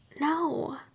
No